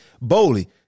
Bowley